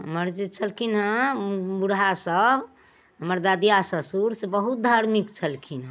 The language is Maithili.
हमर जे छलखिन हँ बुढ़ासभ हमर ददिया ससुर से बहुत धर्मिक छलखिन हँ